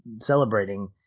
celebrating